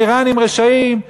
האיראנים רשעים.